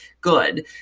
good